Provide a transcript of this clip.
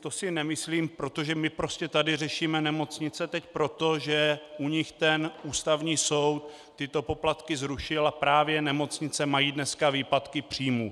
To si nemyslím, protože my tady prostě řešíme nemocnice proto, že u nich Ústavní soud tyto poplatky zrušil a právě nemocnice mají dneska výpadky příjmů.